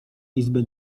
izby